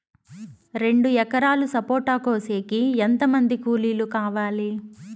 రెండు ఎకరాలు సపోట కోసేకి ఎంత మంది కూలీలు కావాలి?